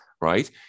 right